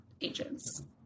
agents